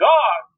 God